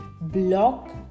block